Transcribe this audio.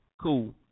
cool